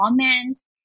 comments